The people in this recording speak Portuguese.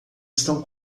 estão